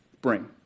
bring